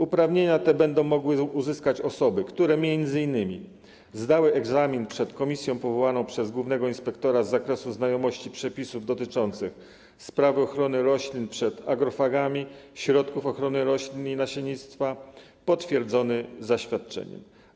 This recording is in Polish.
Uprawnienia te będą mogły uzyskać osoby, które m.in. zdały egzamin przed komisją powołaną przez głównego inspektora z zakresu znajomości przepisów dotyczących spraw ochrony roślin przed agrofagami, środków ochrony roślin i nasiennictwa, potwierdzony zaświadczeniem.